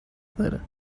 داره